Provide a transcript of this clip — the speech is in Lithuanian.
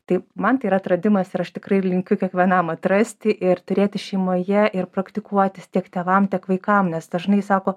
tai man tai yra atradimas ir aš tikrai linkiu kiekvienam atrasti ir turėti šeimoje ir praktikuotis tiek tėvam tiek vaikam nes dažnai sako